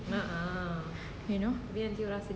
you know